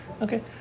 Okay